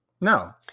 No